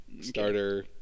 starter